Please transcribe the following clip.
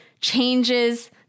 changes